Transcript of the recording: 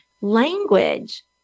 language